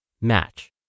Match